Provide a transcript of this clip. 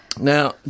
Now